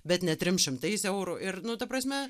bet ne trim šimtais eurų ir nu ta prasme